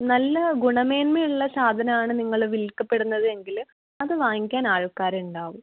നല്ല ഗുണമേന്മയുള്ള സാധനമാണ് നിങ്ങൾ വിൽക്കപ്പെടുന്നത് എങ്കിൽ അത് വാങ്ങിക്കാൻ ആൾക്കാരുണ്ടാവും